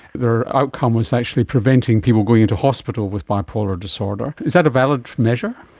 the outcome was actually preventing people going into hospital with bipolar disorder. is that a valid measure?